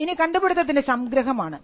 ഇനി കണ്ടുപിടുത്തത്തിൻറെ സംഗ്രഹമാണ്